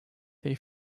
they